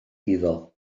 iddo